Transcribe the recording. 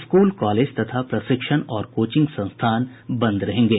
school college तथा प्रशिक्षण और कोचिंग संस्थान बंद रहेंगे